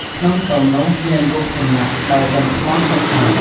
ក្នុងខ្ទមនោះ មានរូបសំណាកដោយដុំថ្មសុទ្ធសាធ ។